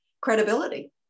credibility